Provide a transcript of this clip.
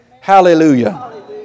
Hallelujah